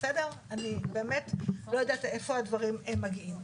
אני באמת לא יודעת איפה הדברים מגיעים,